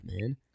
man